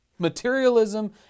Materialism